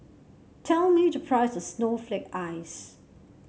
tell me the price of Snowflake Ice